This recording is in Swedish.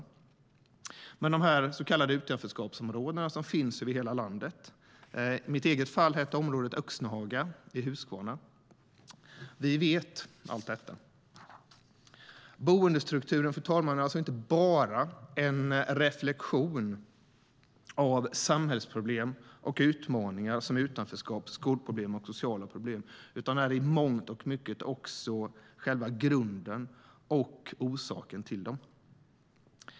Vi som har växt upp i så kallade utanförskapsområden som finns över hela landet - i mitt eget fall hette området Öxnehaga och ligger i Huskvarna - vet allt detta. Fru talman! Boendestrukturen är alltså inte bara en reflexion av samhällsproblem och sådana utmaningar som utanförskap, skolproblem och sociala problem utan den är i mångt och mycket också själva grunden och orsaken till dem.